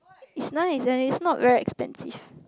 it's nice and it is not very expensive